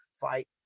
fight